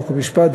חוק ומשפט,